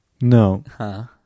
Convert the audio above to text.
no